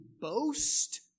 boast